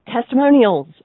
Testimonials